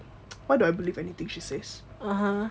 why do I believe anything she says